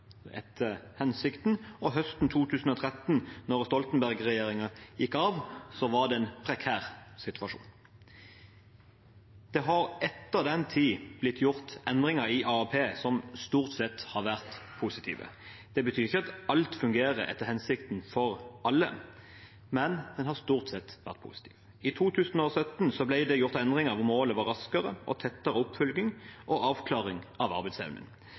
etter hensikten. Høsten 2013, da Stoltenberg-regjeringen gikk av, var det en prekær situasjon. Det har etter den tid blitt gjort endringer i AAP som stort sett har vært positive. Det betyr ikke at alt fungerer etter hensikten for alle, men det har stort sett vært positivt. I 2017 ble det gjort endringer. Målet var raskere og tettere oppfølging og avklaring av arbeidsevnen.